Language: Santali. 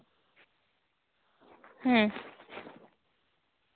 ᱦᱩᱸ